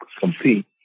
compete